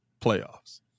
playoffs